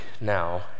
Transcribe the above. now